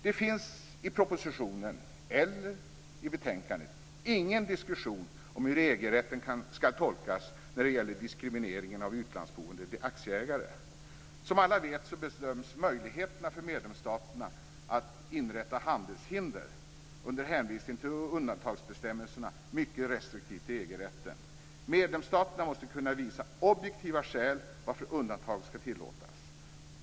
Det finns inte vare sig i propositionen eller i betänkandet någon diskussion om hur EG-rätten ska tolkas när det gäller diskrimineringen av utlandsboende aktieägare. Som alla vet bedöms möjligheterna för medlemsstaterna att inrätta handelshinder under hänvisning till undantagsbestämmelserna mycket restriktivt i EG-rätten. Medlemsstaterna måste kunna visa objektiva skäl för att undantag ska tillåtas.